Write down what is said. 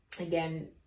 again